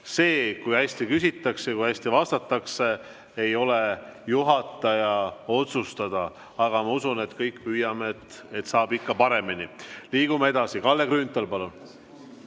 See, kui hästi küsitakse ja kui hästi vastatakse, ei ole juhataja otsustada. Aga ma usun, et me kõik püüame, et saaks ikka paremini. Liigume edasi. Kalle Grünthal, palun!